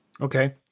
Okay